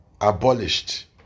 abolished